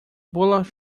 bola